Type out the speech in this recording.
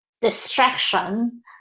distraction